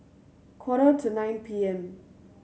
quarter to nine P M